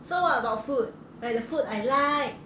so what about food like the food I like